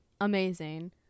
amazing